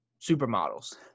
supermodels